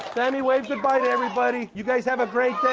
sammy, wave goodbye to everybody. you guys have a great day.